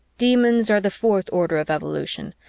demons are the fourth order of evolution,